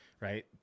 right